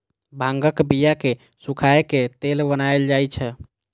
भांगक बिया कें सुखाए के तेल बनाएल जाइ छै